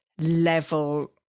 level